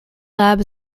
lab